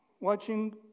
watching